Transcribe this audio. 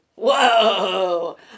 Whoa